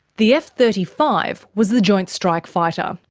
the f thirty five was the joint strike fighter.